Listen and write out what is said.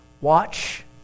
Watch